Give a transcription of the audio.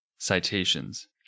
citations